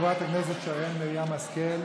אז אנחנו מסכימים, אני שמח.